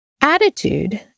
Attitude